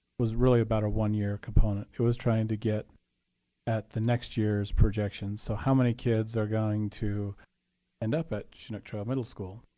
was really about a one year component. it was trying to get at the next year's projection. so how many kids are going to end up at chinook trail middle school?